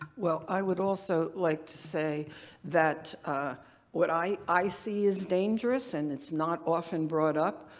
well, i would also like to say that what i i see is dangerous and it's not often brought up,